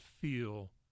feel